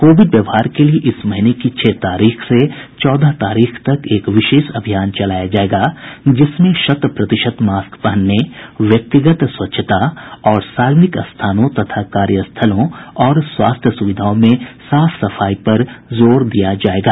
Covid व्यवहार के लिए इस महीने की छह तारीख से लेकर चौदह तारीख तक एक विशेष अभियान चलाया जाएगा जिसमें शत प्रतिशत मास्क पहनने व्यक्तिगत स्वच्छता और सार्वजनिक स्थानों तथा कार्यस्थलों और स्वास्थ्य सुविधाओं में साफ सफाई पर जोर दिया जाएगा